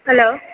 hello